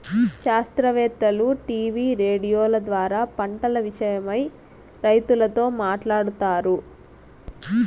శాస్త్రవేత్తలు టీవీ రేడియోల ద్వారా పంటల విషయమై రైతులతో మాట్లాడుతారు